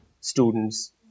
students